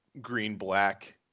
green-black